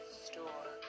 store